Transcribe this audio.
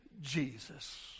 Jesus